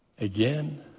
Again